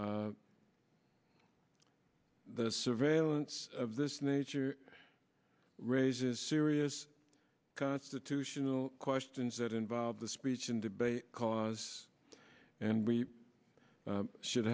i the surveillance of this nature raises serious constitutional questions that involve the speech and debate cause and we should